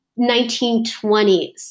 1920s